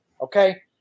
Okay